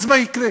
אז מה יקרה?